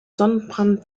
sonnenbrand